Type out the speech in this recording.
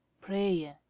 prayer